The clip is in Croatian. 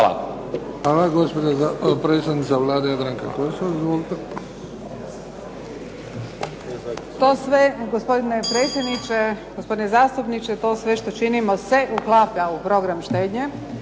(HDZ)** Gospodine predsjedniče. Gospodine zastupniče, to sve što činimo se uklapa u program štednje